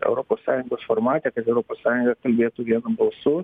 europos sąjungos formate kad europos sąjunga kalbėtų vienu balsu